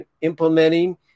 implementing